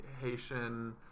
Haitian